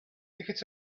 it’s